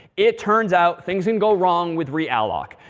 it turns out things can go wrong with realloc.